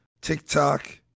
TikTok